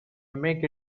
make